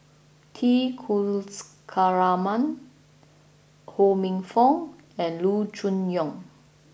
T Kulasekaram Ho Minfong and Loo Choon Yong